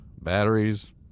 Batteries